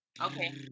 Okay